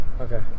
Okay